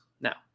Now